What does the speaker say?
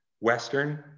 Western